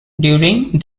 during